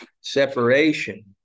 separation